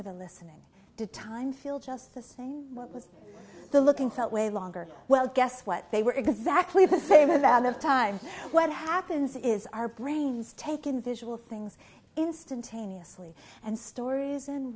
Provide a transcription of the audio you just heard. or the listening to time feel just the same what was the looking felt way longer well guess what they were exactly the same about of time what happens is our brains take in visual things instantaneously and stories